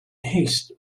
haste